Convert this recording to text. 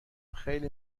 خیلی